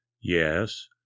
Yes